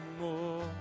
more